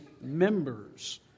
members